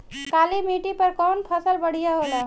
काली माटी पर कउन फसल बढ़िया होला?